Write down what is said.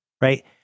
right